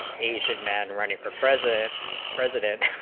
asian men running for president president